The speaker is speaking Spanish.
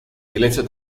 silencio